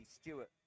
Stewart